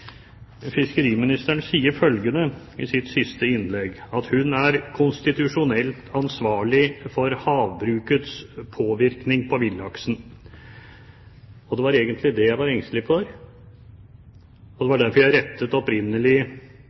fiskeriministeren sier i sitt siste innlegg at hun er konstitusjonelt ansvarlig for havbrukets påvirkning på villaksen. Det var egentlig det jeg var engstelig for, og det var derfor jeg opprinnelig rettet